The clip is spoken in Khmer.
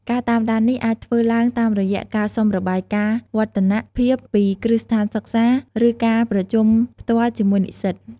ការតាមដាននេះអាចធ្វើឡើងតាមរយៈការសុំរបាយការណ៍វឌ្ឍនភាពពីគ្រឹះស្ថានសិក្សា ឬការប្រជុំផ្ទាល់ជាមួយនិស្សិត។